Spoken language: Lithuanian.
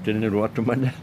treniruotų mane